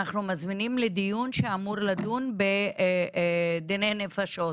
אנחנו מזמינים לדיון שאמור לדון בדיני נפשות.